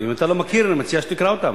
ואם אתה לא מכיר, אני מציע שתקרא אותם.